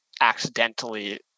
accidentally